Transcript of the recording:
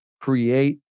create